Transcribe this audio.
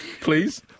Please